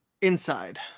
inside